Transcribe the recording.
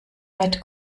weit